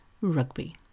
rugby